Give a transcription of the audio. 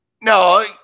No